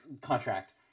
contract